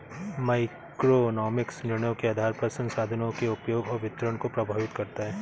microeconomics निर्णयों के आधार पर संसाधनों के उपयोग और वितरण को प्रभावित करता है